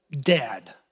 dead